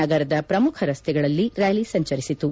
ನಗರದ ಪ್ರಮುಖ ರಸ್ತೆಗಳಲ್ಲಿ ರ್ಯಾಲಿ ಸಂಚರಿಸಿತು